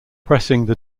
pressing